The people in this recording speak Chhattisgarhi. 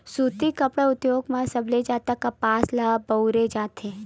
सुती कपड़ा उद्योग म सबले जादा कपसा ल बउरे जाथे